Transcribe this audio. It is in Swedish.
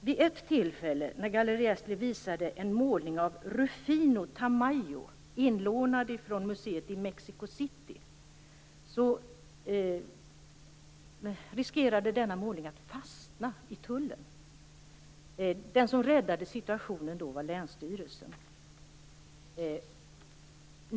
Vid ett tillfälle då Galleri Astley visade en målning av Rufino Tamayo, inlånad från museet i Mexico City, riskerade målningen att fastna i tullen. Den som räddade situationen då var länsstyrelsen.